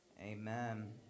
Amen